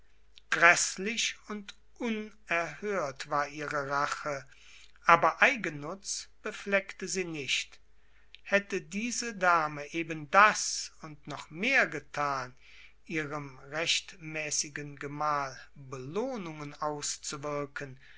gräßlich und unerhört war ihre rache aber eigennutz befleckte sie nicht hätte diese dame eben das und noch mehr getan ihrem rechtmäßigen gemahl belohnungen auszuwirken